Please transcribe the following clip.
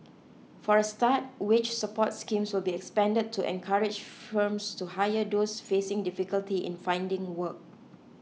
for a start wage support schemes will be expanded to encourage firms to hire those facing difficulty in finding work